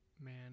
man